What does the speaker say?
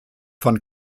von